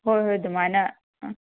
ꯍꯣꯏ ꯍꯣꯏ ꯑꯗꯨꯃꯥꯏꯅ